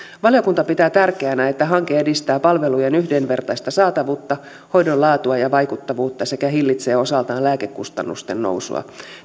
valiokunta pitää tärkeänä että hanke edistää palvelujen yhdenvertaista saatavuutta hoidon laatua ja vaikuttavuutta sekä hillitsee osaltaan lääkekustannusten nousua